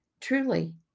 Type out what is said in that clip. Truly